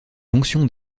jonction